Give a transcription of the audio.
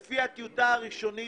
לפי הטיוטה הראשונית,